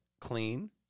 clean